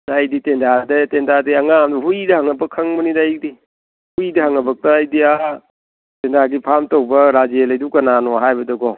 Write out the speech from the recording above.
ꯑꯩꯗꯤ ꯇꯦꯟꯊꯥꯗꯩ ꯇꯦꯟꯊꯥꯗꯤ ꯑꯉꯥꯡ ꯑꯃꯗ ꯍꯨꯏꯗ ꯍꯪꯉꯐꯥꯎ ꯈꯪꯕꯅꯤꯗ ꯑꯩꯗꯤ ꯍꯨꯏꯗ ꯍꯪꯉꯐꯥꯎꯗ ꯑꯩꯗꯤ ꯑꯥ ꯇꯦꯟꯊꯥꯒꯤ ꯐꯥꯔꯝ ꯇꯧꯕ ꯔꯥꯖꯦꯟ ꯍꯥꯏꯗꯣ ꯀꯅꯥꯅꯣ ꯍꯥꯏꯕꯗꯀꯣ